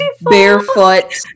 barefoot